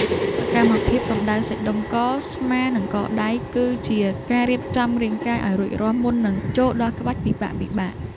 សកម្មភាពកម្តៅសាច់ដុំក ស្មា និងកដៃ គឺជាការរៀបចំរាងកាយឱ្យរួចរាល់មុននឹងចូលដល់ក្បាច់ពិបាកៗ។